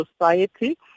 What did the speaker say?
society